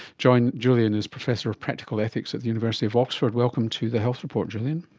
julian julian is professor of practical ethics at the university of oxford. welcome to the health report, julian.